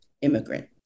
immigrant